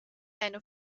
eine